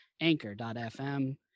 anchor.fm